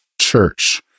church